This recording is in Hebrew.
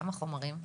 כמה חומרים?